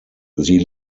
sie